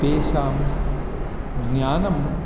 तेषां ज्ञानम्